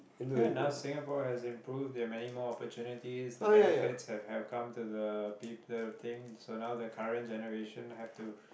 till now Singapore has improved in many more opportunities the benefits have have come to the peo~ the thing so now the current generation have to